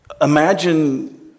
Imagine